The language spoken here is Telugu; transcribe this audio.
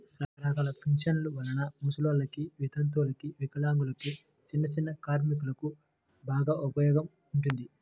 రకరకాల పెన్షన్ల వలన ముసలోల్లకి, వితంతువులకు, వికలాంగులకు, చిన్నచిన్న కార్మికులకు బాగా ఉపయోగం ఉంటుంది